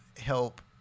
help